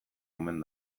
omen